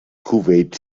kuwait